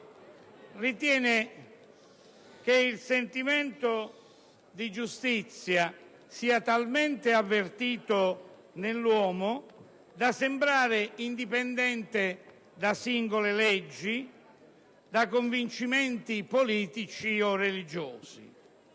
ritiene che il sentimento di giustizia sia talmente avvertito nell'uomo da sembrare indipendente da singole leggi, da convincimenti politici o religiosi.